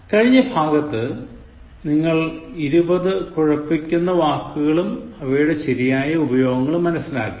കഴിഞ്ഞ ഭാഗത്ത് നിങ്ങൾ ഇരുപത് കുഴപ്പിക്കുന്ന വാക്കുകളും അവയുടെ ശരിയായ ഉപയോഗങ്ങളും മനസിലാക്കി